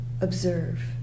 observe